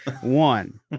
One